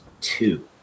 two